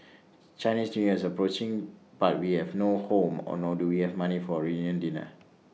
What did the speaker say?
Chinese New Year is approaching but we have no home or nor do we have money for A reunion dinner